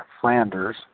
Flanders